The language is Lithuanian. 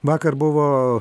vakar buvo